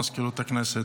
מזכירות הכנסת?